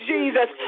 Jesus